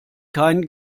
kein